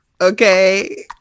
okay